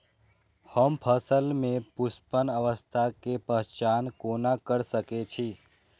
हम फसल में पुष्पन अवस्था के पहचान कोना कर सके छी?